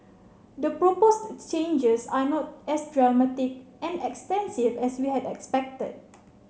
the proposed changes are not as dramatic and extensive as we had expected